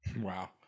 Wow